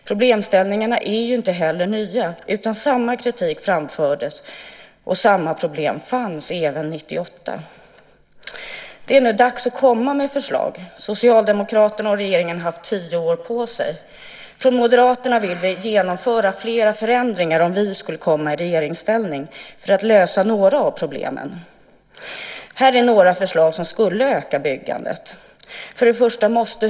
Problemställningarna är ju inte heller nya, utan samma kritik framfördes och samma problem fanns även 1998. Det är nu dags att komma med förslag. Socialdemokraterna och regeringen har haft tio år på sig. Från Moderaterna vill vi genomföra flera förändringar om vi skulle komma i regeringsställning för att lösa några av problemen. Här är några förslag som skulle öka byggandet.